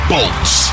Bolts